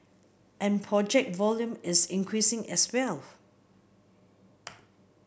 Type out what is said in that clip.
and project volume is increasing as well